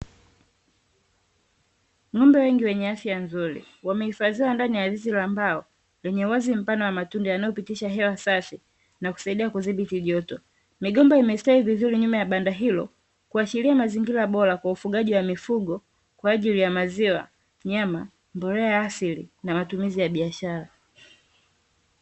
Ng'ombe wengi wenye afya nzuri, wamehifadhiwa ndani ya zizi la mbao, lenye uwazi mpana wa matundu yanayopitisha hewa safi na kusaidia kudhibiti joto. Migomba imestawi vizuri nyuma ya banda hilo, kuashiria mazingira bora kwa ufugaji wa mifugo kwa ajili ya: maziwa, nyama, mbolea ya asili na matumizi ya biashara.